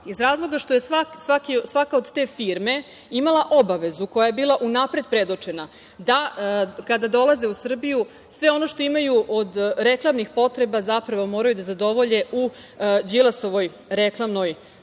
razloga što je svaka od te firme imala obavezu koja je bila unapred predočena da kada dolaze u Srbiju, sve ono što imaju od reklamnih potreba zapravo moraju da zadovolje u Đilasovoj reklamnoj agenciji,